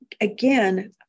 again